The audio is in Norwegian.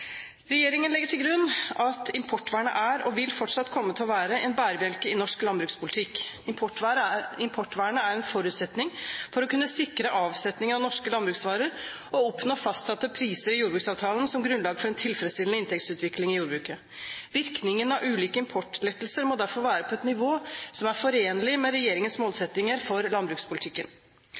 Regjeringen legger til grunn at importvernet er, og vil fortsatt komme til å være, en bærebjelke i norsk landbrukspolitikk. Importvernet er en forutsetning for å kunne sikre avsetning av norske landbruksvarer og oppnå fastsatte priser i jordbruksavtalen som grunnlag for en tilfredsstillende inntektsutvikling i jordbruket. Virkningen av ulike importlettelser må derfor være på et nivå som er forenlig med regjeringens målsettinger for landbrukspolitikken.